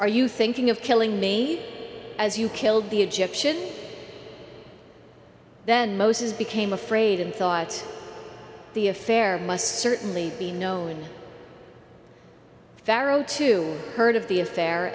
are you thinking of killing me as you killed the egyptian then mosts became afraid and thought the affair must certainly be known pharaoh to heard of the affair